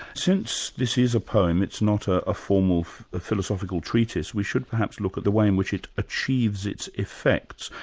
since this is a poem, it's not ah a formal philosophical treatise, we should perhaps look at the way in which it achieves its effects.